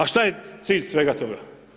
A šta je cilj svega toga?